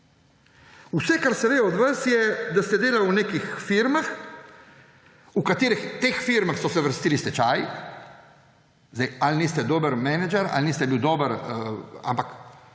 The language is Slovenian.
Vse, kar se ve o vas, je, da ste delali v nekih firmah, v katerih so se vrstili stečaji. Ali niste dober menedžer ali niste bili dobri, ampak